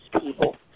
people